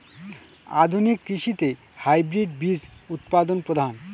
আধুনিক কৃষিতে হাইব্রিড বীজ উৎপাদন প্রধান